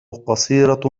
قصيرة